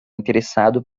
interessado